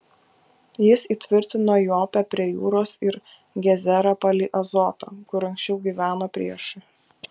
jis įtvirtino jopę prie jūros ir gezerą palei azotą kur anksčiau gyveno priešai